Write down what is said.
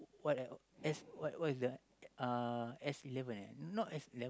what ah S what what is it uh S-eleven eh not S-eleven